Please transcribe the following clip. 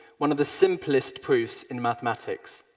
one of the simplest proofs in mathematics?